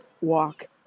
walk